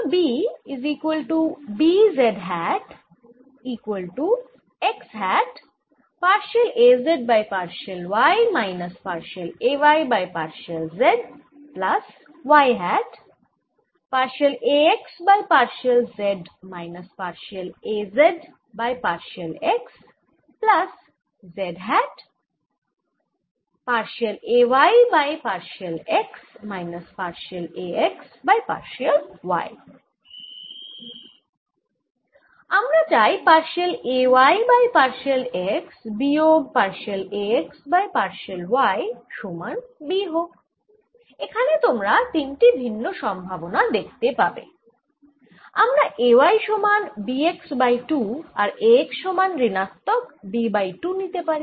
আমরা চাই partial A y by partial x বিয়োগ partial A x by partial y সমান B হোক এখানে তোমরা তিন টি ভিন্ন সম্ভাবনা দেখতে পাবে আমরা A y সমান B x বাই 2 আর A x সমান ঋণাত্মক B বাই 2 নিতে পারি